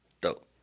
Dope